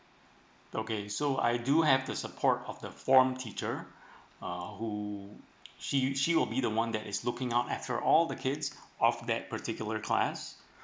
okay so I do have the support of the form teacher uh who she she will be the one that is looking out after all the kids of that particular class